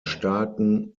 starken